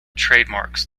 trademarks